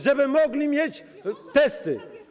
żeby mogli mieć testy.